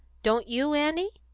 don't you, annie?